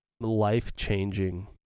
life-changing